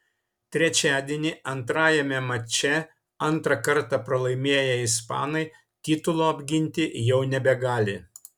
trečiadienį antrajame mače antrą kartą pralaimėję ispanai titulo apginti jau nebegali